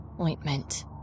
ointment